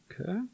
Okay